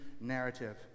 narrative